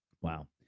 Wow